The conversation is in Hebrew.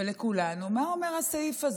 ולכולנו מה אומר הסעיף הזה.